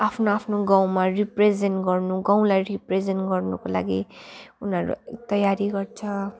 आफ्नो आफ्नो गाउँमा रिप्रेजेन्ट गर्नु गाउँलाई रिप्रेजेन्ट गर्नुको लागि उनीहरू तयारी गर्छ